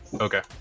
Okay